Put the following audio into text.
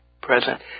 present